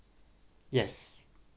yes